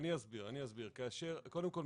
אני אסביר: קודם כל,